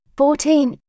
fourteen